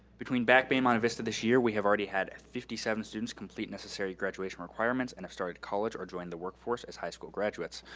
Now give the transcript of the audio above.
between back bay and monte vista this year, we have already had fifty seven students complete necessary graduation requirements and have started college or joined the workforce as high school graduates.